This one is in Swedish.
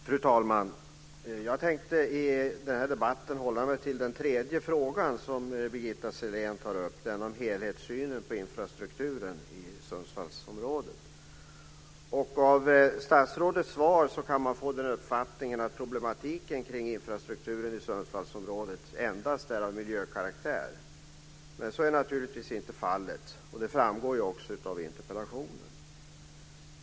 Fru talman! Jag tänkte i den här debatten hålla mig till den tredje frågan som Birgitta Sellén tar upp, den om helhetssynen på infrastrukturen i Sundsvallsområdet. Av statsrådets svar kan man få uppfattningen att problematiken kring infrastrukturen i Sundsvallsområdet endast är av miljökaraktär. Men så är naturligtvis inte fallet, och det framgår också av interpellationen.